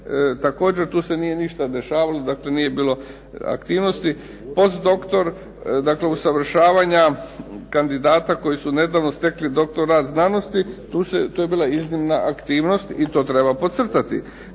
također tu se nije ništa dešavalo, dakle nije bilo aktivnosti. Potdoktor usavršavanja kandidata koji su nedavno stekli doktorat znanosti, tu je bila iznimna aktivnost i to treba podcrtati.